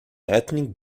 ethnic